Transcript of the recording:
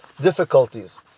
difficulties